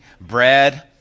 bread